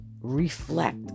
reflect